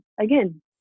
again